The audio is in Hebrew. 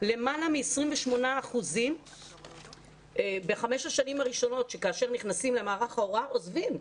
למעלה מ-28% בחמש השנים הראשונות כאשר נכנסים למערך ההוראה עוזבים.